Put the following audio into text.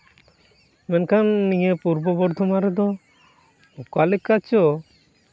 ᱢᱮᱱᱠᱷᱟᱱ ᱱᱤᱭᱟᱹ ᱯᱩᱨᱵᱚ ᱵᱚᱨᱫᱷᱚᱢᱟᱱ ᱨᱮᱫᱚ ᱚᱠᱟ ᱞᱮᱠᱟ ᱪᱚ